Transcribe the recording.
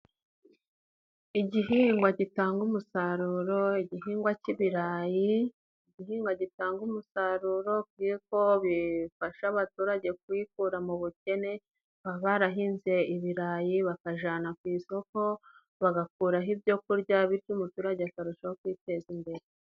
Igihingwa gitanga umusaruro, igihingwa cy'ibirayi igihingwa gitanga umusaruro kuko bifasha abaturage kwikura mu bukene, baba barahinze ibirayi bakajana ku isoko, bagakuraho ibyo kurya, bityo umuturage akarushaho kwiteza imbere.